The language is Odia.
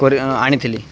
କରି ଆଣିଥିଲି